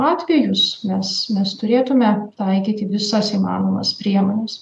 atvejus nes mes turėtume taikyti visas įmanomas priemones